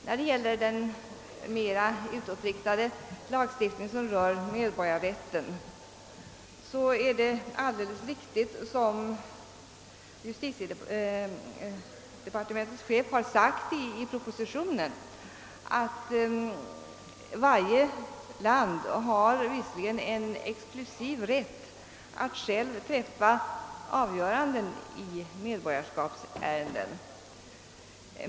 När det gäller den mer utåtriktade lagstiftningen som rör medborgarrätten, är det alldeles riktigt som justitieministern framhåller i propositionen, att varje land har en exklusiv rätt att själv träffa avgöranden i medborgarskapsärenden.